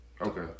Okay